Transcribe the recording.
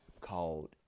called